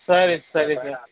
ಸರಿ ಸರಿ ಸರ್